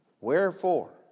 Wherefore